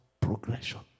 Progression